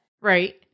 right